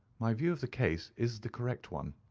my view of the case is the correct one.